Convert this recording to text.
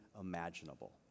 imaginable